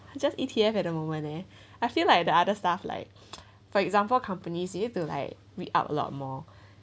just E_T_F at the moment leh I feel like the other stuff like for example companies you have to like read up a lot more